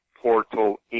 portal